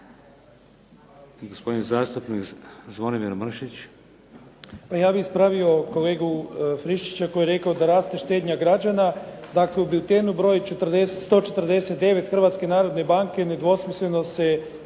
Mršić. **Mršić, Zvonimir (SDP)** Pa ja bih ispravio kolegu Friščića koji je rekao da raste štednja građana. Dakle u biltenu broj 149 Hrvatske narodne banke nedvosmisleno se